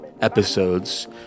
episodes